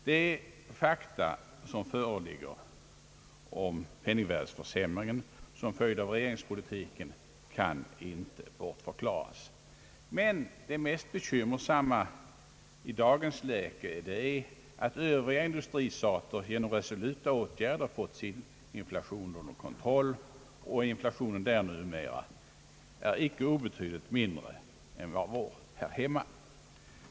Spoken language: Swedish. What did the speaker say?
De fakta som föreligger om penningvärdeförsämringen som en följd av regeringspolitiken kan inte bortförklaras. Men det mest bekymmersamma i dagens läge är att övriga industristater genom resoluta åtgärder fått sin inflation under kontroll — inflationen där är numera icke obetydligt mindre än vad den är i vårt land.